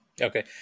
okay